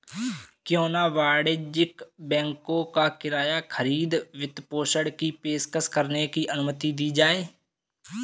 क्यों न वाणिज्यिक बैंकों को किराया खरीद वित्तपोषण की पेशकश करने की अनुमति दी जाए